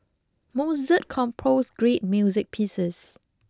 Mozart composed great music pieces